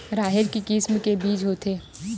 राहेर के किसम के बीज होथे?